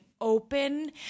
open